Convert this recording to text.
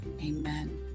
amen